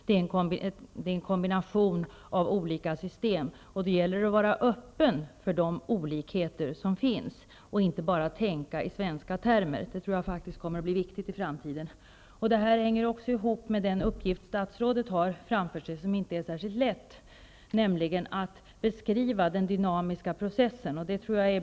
Inom EG finns en kombination av olika system, och det gäller att vara öppen för de olikheter som finns och inte bara tänka i svenska termer. Det tror jag faktiskt kommer att bli viktigt i framtiden. Det här hänger också ihop med den uppgift som statsrådet har framför sig och som inte är särskilt lätt, nämligen att beskriva den dynamiska processen.